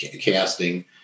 casting